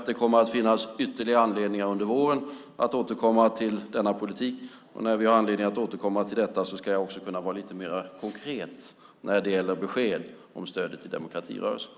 Det kommer att finnas ytterligare anledningar under våren att återkomma till denna politik. När vi har anledning att återkomma till detta ska jag också kunna vara lite mer konkret när det gäller besked om stödet till demokratirörelsen.